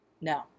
No